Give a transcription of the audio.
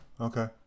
Okay